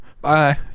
Bye